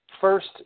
first